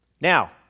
Now